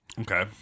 Okay